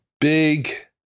big